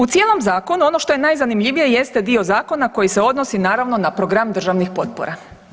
U cijelom zakonu ono što je najzanimljivije jeste dio zakona koji se odnosi naravno na program državnih potpora.